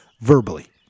verbally